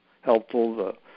helpful